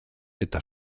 eta